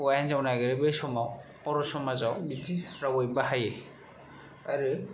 हौवा हिनजाव नागिरो बे समाव बर' समाजाव बिदि रावै बाहायो आरो